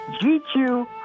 GQ